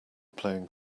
playing